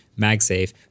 MagSafe